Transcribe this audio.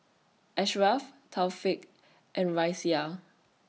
Ashraf Taufik and Raisya